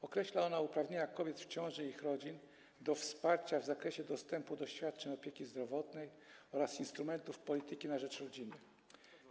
Określa ona uprawnienia kobiet w ciąży i ich rodzin do wsparcia w zakresie dostępu do świadczeń opieki zdrowotnej oraz instrumentów polityki na rzecz rodziny.